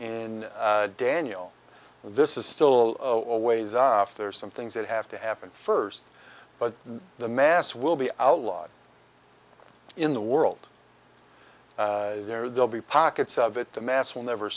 in daniel this is still a ways off there are some things that have to happen first but the mass will be outlawed in the world there they'll be pockets of it the mass will never